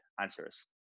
answers